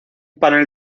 panel